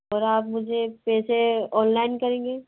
और आप मुझे पैसे ऑनलाइन करेंगे